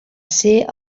ser